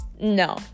no